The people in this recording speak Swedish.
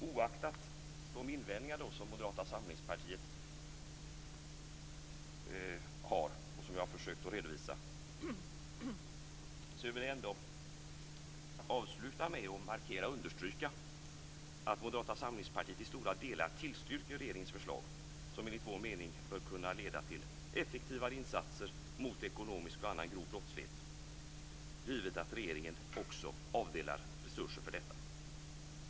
Oaktat de invändningar som Moderata samlingspartiet har och som jag har försökt att redovisa vill jag avslutningsvis markera och understryka att vi i Moderata samlingspartiet i stora delar tillstyrker regeringens förslag som enligt vår mening bör kunna leda till effektivare insatser mot ekonomisk och annan grov brottslighet, givet att regeringen också avdelar resurser för detta.